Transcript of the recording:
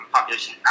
population